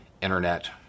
internet